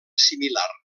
similar